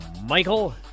Michael